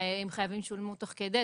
אם חייבים שילמו תוך כדי.